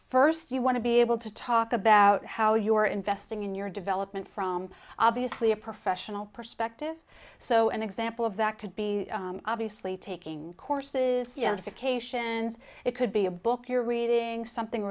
first you want to be able to talk about how you are investing in your development from obviously a professional perspective so an example of that could be obviously taking courses yes occasions it could be a book you're reading something